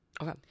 Okay